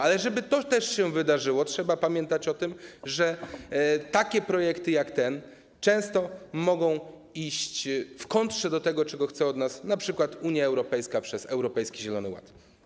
Ale żeby to się wydarzyło, trzeba pamiętać o tym, że takie projekty jak ten często mogą iść w kontrze do tego, czego chce od nas np. Unia Europejska przez Europejski Zielony Ład.